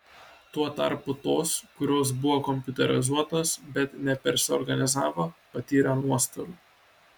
tuo tarpu tos kurios buvo kompiuterizuotos bet nepersiorganizavo patyrė nuostolių